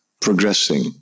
progressing